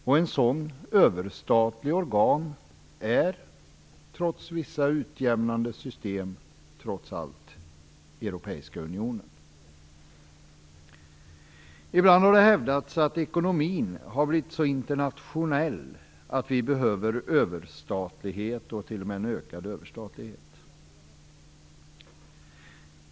Ett sådant överstatligt organ är, trots vissa utjämnande system, ändå den europeiska unionen. Ibland har det hävdats att ekonomin blivit så internationell att vi behöver överstatlighet, och t.o.m. en ökad överstatlighet.